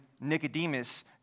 Nicodemus